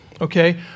okay